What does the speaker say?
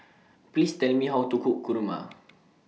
Please Tell Me How to Cook Kurma